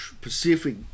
Pacific